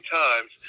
times